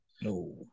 No